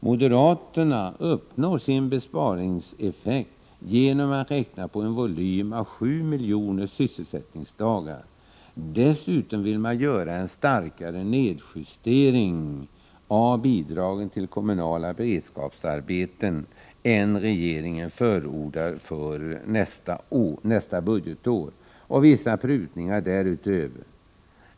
Moderaterna uppnår sin besparingseffekt genom att räkna på en volym av 7 miljoner sysselsättningsdagar. Dessutom vill de göra en starkare nedjustering av bidragen till kommunala beredskapsarbeten än regeringen förordar för nästa budgetår och vissa prutningar därutöver.